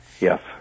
Yes